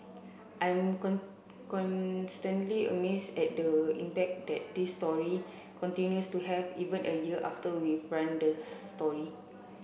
I'm constantly amazed at the impact that this story continues to have even a year after we've run the story